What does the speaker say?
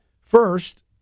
First